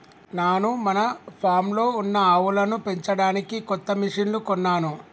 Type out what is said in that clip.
నాను మన ఫామ్లో ఉన్న ఆవులను పెంచడానికి కొత్త మిషిన్లు కొన్నాను